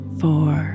four